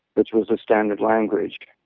which was the standard language.